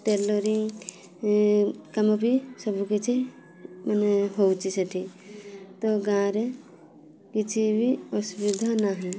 tailoring କାମ ବି ସବୁ କିଛି ମାନେ ହେଉଛି ସେଠି ତ ଗାଁରେ କିଛି ବି ଅସୁବିଧା ନାହିଁ